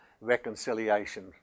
reconciliation